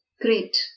Great